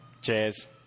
Cheers